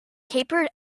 capered